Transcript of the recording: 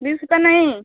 बीस रुपया नहीं